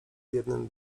jednym